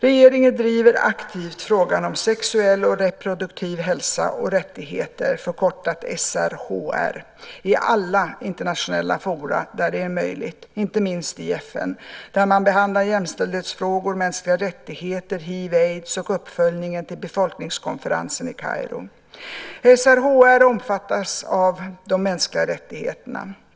Regeringen driver aktivt frågan om sexuell och reproduktiv hälsa och rättigheter i alla internationella forum där det är möjligt, inte minst i FN, där man behandlar jämställdhetsfrågor, mänskliga rättigheter, hiv/aids och uppföljningen till befolkningskonferensen i Kairo. SRHR omfattas av de mänskliga rättigheterna.